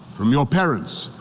from your parents,